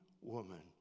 woman